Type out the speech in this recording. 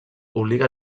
obliga